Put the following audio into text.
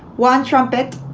one trumpet,